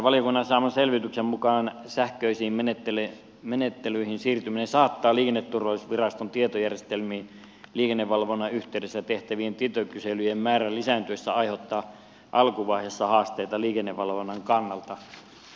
valiokunnan saaman selvityksen mukaan sähköisiin menettelyihin siirtyminen saattaa liikenteen turvallisuusviraston tietojärjestelmiin liikennevalvonnan yhteydessä tehtävien tietokyselyjen lisääntyessä aiheuttaa alkuvaiheessa haasteita liikennevalvonnan kannalta